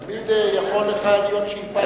תמיד יכולה להיות לך שאיפה,